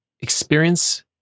experience